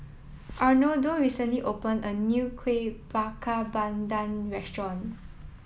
Arnoldo recently opened a new Kueh Bakar Pandan restaurant